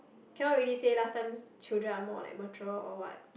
cannot really say last time children are more like mature or what